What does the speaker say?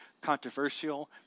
controversial